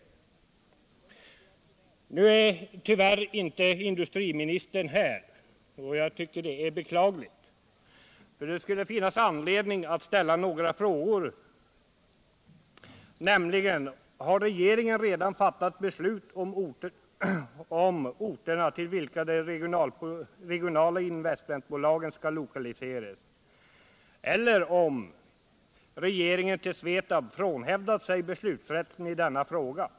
Industriministern är inte närvarande i kammaren, vilket jag tycker är beklagligt. Det finns nämligen anledning att till honom ställa följande frågor: Har regeringen redan fattat beslut om orterna till vilka de regionala investmentbolagen skall lokaliseras? Eller har regeringen till SVETAB lämnat över beslutsrätten i denna fråga?